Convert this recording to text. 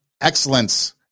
excellence